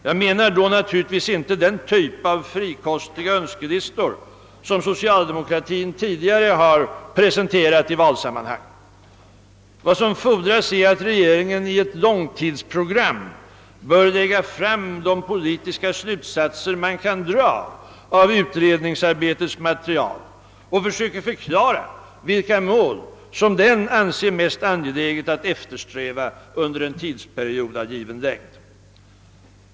Jag menar då naturligtvis inte den typ av frikostiga önskelistor som socialdemokratin tidigare har presenterat i valsammanhang. Vad som fordras är att regeringen i ett långtidsprogram bör lägga fram de politiska slutsatser man kan dra av utredningsarbetets material och försöka förklara vilka mål som den anser det mest angeläget att eftersträva under en tidsperiod av given längd.